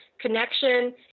connection